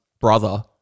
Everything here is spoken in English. brother